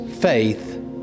faith